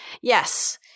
yes